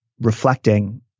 reflecting